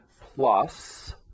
plus